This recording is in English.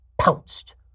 pounced